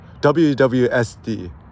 WWSD